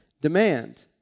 demand